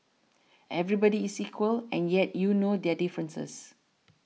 everybody is equal and yet you know their differences